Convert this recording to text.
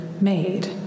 made